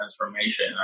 transformation